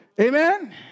Amen